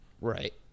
right